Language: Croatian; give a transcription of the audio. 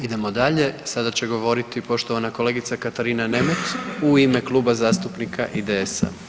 Idemo dalje, sada će govoriti poštovana kolegica Katarina Nemet u ime Kluba zastupnika IDS-a.